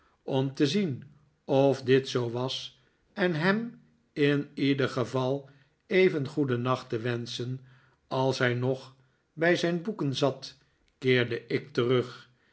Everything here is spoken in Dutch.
om te zien of dit zoo was en hem in ieder geval even goedennacht te wenschen als hij nog bij zijn boeken zat keerde ik terug